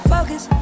Focus